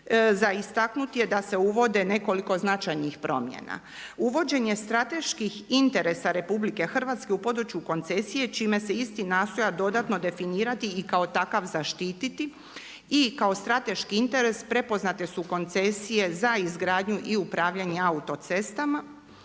za istaknuti je da se uvode nekoliko značajnih promjena. Uvođenje strateških interesa RH u području koncesije čime se isti nastoji definirati i kao takav zaštititi i kao strateški interes prepoznate su koncesije za izgradnju i upravljanje autocestama,